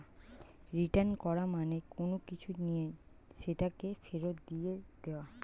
return করা মানে কোনো কিছু নিয়ে সেটাকে ফেরত দিয়ে দেওয়া